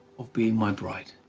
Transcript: of being my bride?